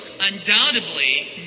undoubtedly